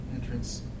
entrance